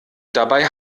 dabei